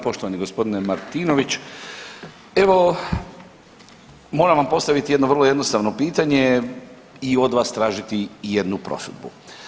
Poštovani g. Martinović, evo moram vam postaviti jedno vrlo jednostavno pitanje i od vas tražiti jednu prosudbu.